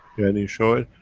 and you show it.